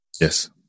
Yes